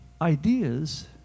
Ideas